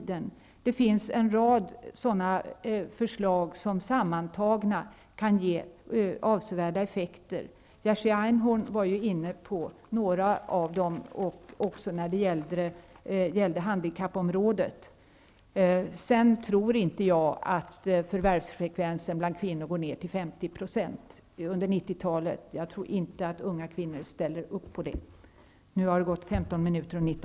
Det finns en rad sådana förslag som sammantagna kan ge avsevärda effekter. Jerzy Einhorn var inne på några av dem när det gäller handikappområdet. Jag tror inte att förvärvsfrekvensen bland kvinnor går ner till 50 % under 90-talet, för jag tror inte att unga kvinnor ställer upp på det.